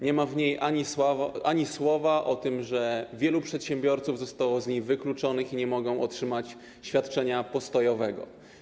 Nie ma w niej ani słowa o tym, że wielu przedsiębiorców zostało z niej wykluczonych i nie mogą otrzymać świadczenia postojowego.